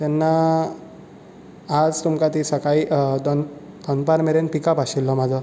तेन्ना आज तुमकां ती सकाळीं दन दनपार मेरेन पिक अप आशिल्लो म्हाजो